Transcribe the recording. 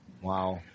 Wow